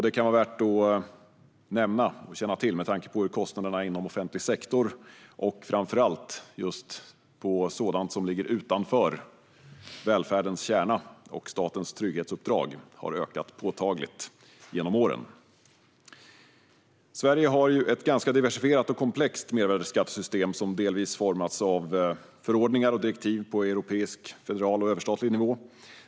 Det kan vara värt att nämna och känna till med tanke på att kostnaderna inom offentlig sektor, framför allt när det gäller sådant som ligger utanför välfärdens kärna och statens trygghetsuppdrag, påtagligt har ökat genom åren. Sverige har ett ganska diversifierat och komplext mervärdesskattesystem som delvis formats av förordningar och direktiv på europeisk federal och överstatlig nivå.